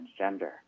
transgender